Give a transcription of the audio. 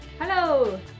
Hello